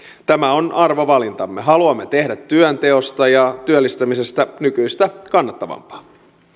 tämä on arvovalintamme haluamme tehdä työnteosta ja työllistämisestä nykyistä kannattavampaa